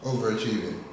Overachieving